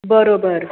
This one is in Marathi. बरोबर